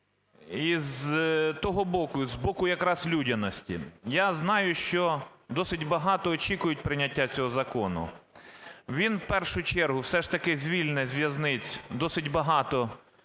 і з того боку, і з боку якраз людяності. Я знаю, що досить багато очікують прийняття цього закону. Він в першу чергу все ж таки звільнить з в'язниць досить багато